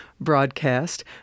broadcast